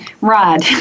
rod